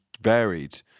varied